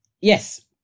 Yes